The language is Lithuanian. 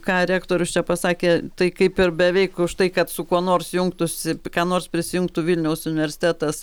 ką rektorius čia pasakė tai kaip ir beveik už tai kad su kuo nors jungtųsi ką nors prisijungtų vilniaus universitetas